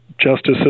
justice